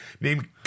named